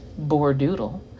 Bordoodle